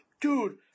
dude